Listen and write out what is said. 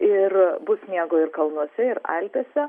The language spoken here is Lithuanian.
ir bus sniego ir kalnuose ir alpėse